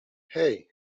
hey